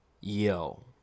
Yo